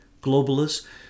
globalists